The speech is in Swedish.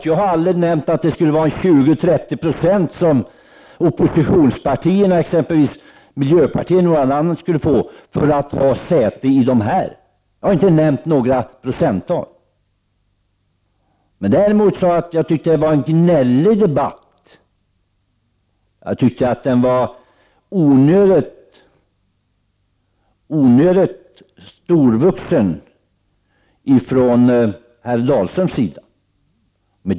Till Kjell Dahlström vill jag säga att jag aldrig har nämnt att oppositionspartierna skulle behöva 20-30 Z för att få representation i länsstyrelserna. Jag har inte nämnt några procenttal. Däremot sade jag att jag tycker att det är en gnällig debatt och att den har varit onödigt storvulen från herr Dahlströms sida.